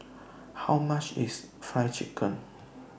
How much IS Fried Chicken